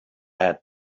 had